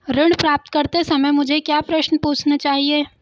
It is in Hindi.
ऋण प्राप्त करते समय मुझे क्या प्रश्न पूछने चाहिए?